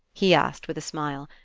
he asked with a smile,